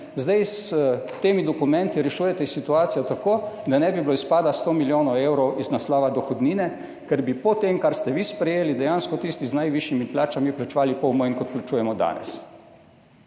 zdaj s temi dokumenti rešujete situacijo tako, da ne bi bilo izpada 100 milijonov evrov iz naslova dohodnine, ker bi po tem, kar ste vi sprejeli, dejansko tisti z najvišjimi plačami plačevali pol manj kot plačujemo danes.